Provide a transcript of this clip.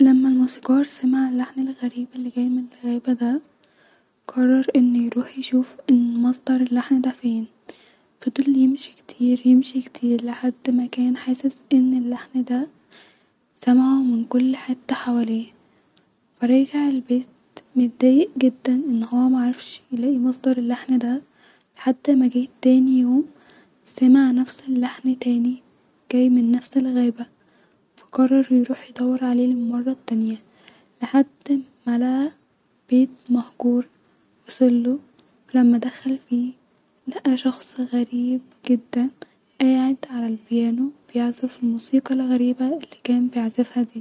لما الموسيقار سمع اللحن الغريب الي جاي من الغابه دا-قرر انو يرح يشوف-مصدر اللحن دا فين فضل يمشي كتير-يمشي كتير-لحد ما كان حاسس ان اللحن دا سامعو من كل حته حواليه فرجع البيت مدايق جدا-ان هو معرفش انو يوصل لمصدر اللحن دا-لحد تاني يوم سمع نفس اللحن دا تاني-جاي من نفس الغابه-فا قرر يروح يدوره عليه للمره التانيه- لحد ما-لقي- بيت مهجور وصلو-ولما دخل لقي شخص غيرب جدا قاعد علي البيانو بيعزف الموسيقي الغريبه الي كان بيعزفها دي